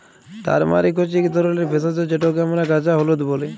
turmeric হছে ইক ধরলের ভেষজ যেটকে আমরা কাঁচা হলুদ ব্যলি